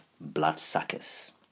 bloodsuckers